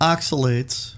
Oxalates